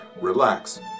relax